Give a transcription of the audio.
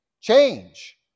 change